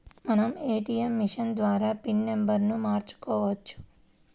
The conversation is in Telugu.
మనం ఏటీయం మిషన్ ద్వారా పిన్ నెంబర్ను మార్చుకోవచ్చు